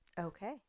Okay